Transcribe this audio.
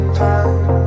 time